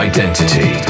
Identity